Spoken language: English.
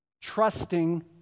Trusting